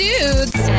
Dudes